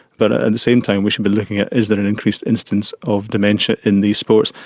but ah at the same time we should be looking at is there an increased incidence of dementia in these sports.